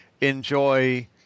enjoy